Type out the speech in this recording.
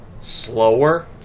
slower